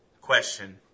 question